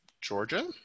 Georgia